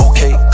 Okay